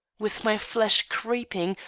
with my flesh creeping,